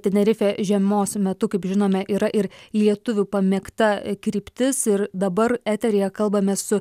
tenerifė žiemos metu kaip žinome yra ir lietuvių pamėgta kryptis ir dabar eteryje kalbamės su